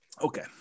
okay